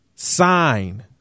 Sign